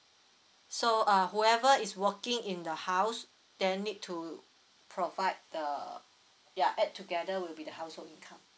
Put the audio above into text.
so uh whoever is working in the house they need to provide the ya add together will be the household income